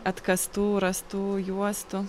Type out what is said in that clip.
atkastų rastų juostų